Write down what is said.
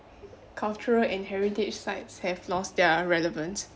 cultural and heritage sites have lost their relevance